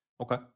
Okay